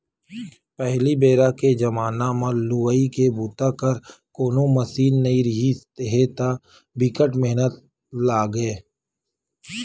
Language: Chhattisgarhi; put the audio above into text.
पहिली बेरा के जमाना म लुवई के बूता बर कोनो मसीन नइ रिहिस हे त बिकट मेहनत लागय